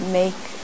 make